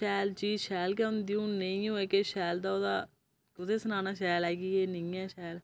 शैल चीज शैल गै होंदी हून नेईं होऐ किश शैल ते ओह्दा कुसी सनाना के एह् शैल कि एह् नेईं ऐ शैल